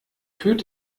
führt